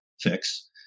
fix